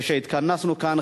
כשהתכנסנו כאן,